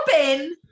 Robin